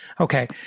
Okay